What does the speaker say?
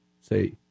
Say